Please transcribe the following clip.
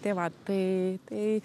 tai va tai tai